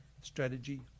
strategy